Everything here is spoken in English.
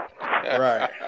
Right